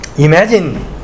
Imagine